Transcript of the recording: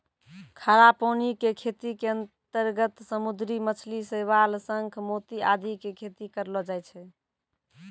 खारा पानी के खेती के अंतर्गत समुद्री मछली, शैवाल, शंख, मोती आदि के खेती करलो जाय छै